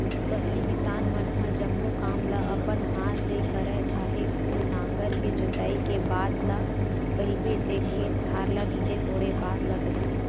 पहिली किसान मन ह जम्मो काम ल अपन हात ले करय चाहे ओ नांगर के जोतई के बात ल कहिबे ते खेत खार ल नींदे कोड़े बात ल कहिबे